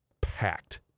packed